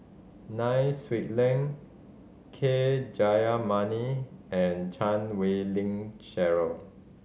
Nai Swee Leng K Jayamani and Chan Wei Ling Cheryl